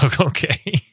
Okay